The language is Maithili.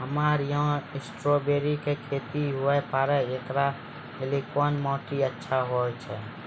हमरा यहाँ स्ट्राबेरी के खेती हुए पारे, इकरा लेली कोन माटी अच्छा होय छै?